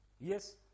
Yes